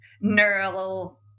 neural